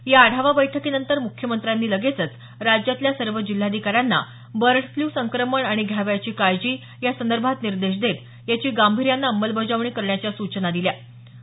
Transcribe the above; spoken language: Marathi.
या आढावा बैठकीनंतर मुख्यमंत्र्यांनी लगेचच राज्यातल्या सर्व जिल्हाधिकाऱ्यांना बर्ड फ्ल संक्रमण आणि घ्यावयाची काळजी या संदर्भात निर्देश देत याची गांभीर्याने अमलबजावणी करण्याच्या सूचना मुख्यमंत्र्यांनी दिल्या